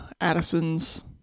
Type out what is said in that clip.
Addison's